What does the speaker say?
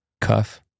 cuff